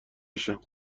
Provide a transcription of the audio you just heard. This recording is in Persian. بشم